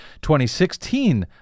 2016